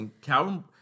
Calvin